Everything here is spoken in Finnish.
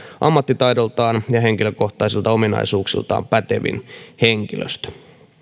ammattitaidoltaan ja henkilökohtaisilta ominaisuuksiltaan pätevin henkilöstö